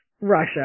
Russia